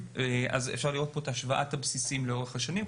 אפשר לראות את השוואה הבסיסים לאורך השנים.